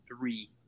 three